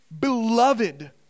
beloved